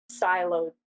siloed